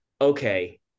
okay